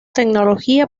tecnología